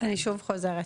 אני שוב חוזרת,